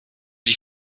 die